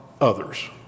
others